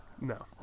no